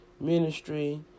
ministry